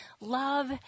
love